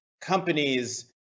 companies